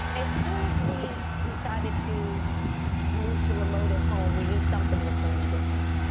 as soon as we decided to move to remoted home, we knew something was gonna be different.